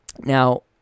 Now